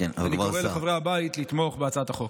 אני קורא לחברי הבית לתמוך בהצעת החוק.